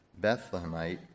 Bethlehemite